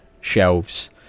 shelves